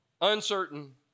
uncertain